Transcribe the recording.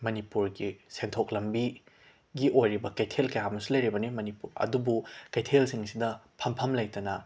ꯃꯅꯤꯄꯨꯔꯒꯤ ꯁꯦꯟꯊꯣꯛ ꯂꯝꯕꯤꯒꯤ ꯑꯣꯏꯔꯤꯕ ꯀꯩꯊꯦꯜ ꯀꯌꯥ ꯑꯃꯁꯨ ꯂꯩꯔꯤꯕꯅꯤ ꯃꯅꯤꯄꯨ ꯑꯗꯨꯕꯨ ꯀꯩꯊꯦꯜꯁꯤꯡꯁꯤꯗ ꯐꯝꯐꯝ ꯂꯩꯇꯅ